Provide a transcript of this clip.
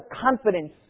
confidence